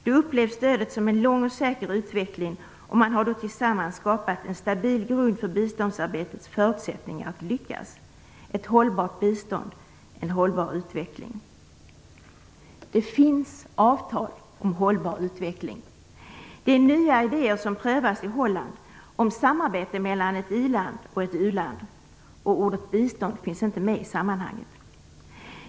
Det upplevs som en lång och säker utveckling, och man har tillsammans skapat en stabil grund för biståndssamarbetets förutsättningar att lyckas - ett hållbart bistånd, en hållbar utveckling. Det finns avtal om hållbar utveckling och nya idéer som prövats i Holland om samarbete mellan ett iland och ett u-land. Ordet bistånd finns inte med i sammanhanget.